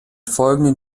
folgenden